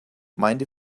mind